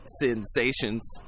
Sensations